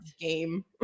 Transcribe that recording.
game